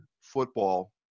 football